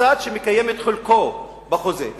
צד שמקיים את חלקו בחוזה.